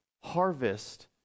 harvest